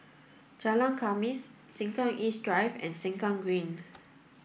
Jalan Khamis Sengkang East Drive and Sengkang Green